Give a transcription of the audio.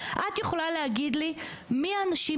את יכולה להגיד לי מי האנשים?